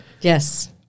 Yes